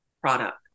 product